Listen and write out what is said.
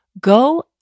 go